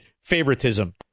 favoritism